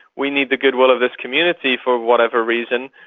we need the goodwill of this community, for whatever reason,